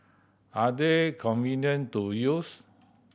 are they convenient to use